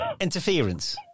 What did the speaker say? Interference